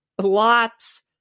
Lots